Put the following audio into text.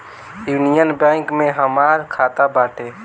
union bank में हमार खाता बाटे